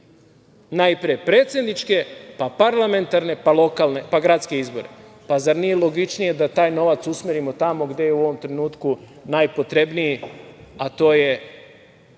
najpre predsedničke, pa parlamentarne, pa gradske izbore. Zar nije logičnije da taj novac usmerimo tamo gde je u ovom trenutku najpotrebniji, a to je